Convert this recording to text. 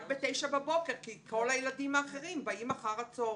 ב-9:00 בבוקר כי כל הילדים האחרים באים אחר הצהרים.